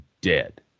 dead